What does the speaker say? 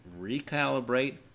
recalibrate